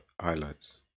highlights